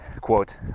Quote